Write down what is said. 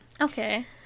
okay